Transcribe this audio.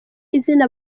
izina